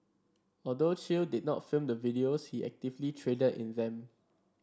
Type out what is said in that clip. although Chew did not film the videos he actively traded in them